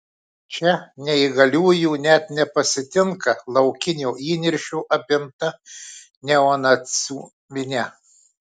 čia neįgaliųjų net nepasitinka laukinio įniršio apimta neonacių minia